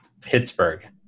Pittsburgh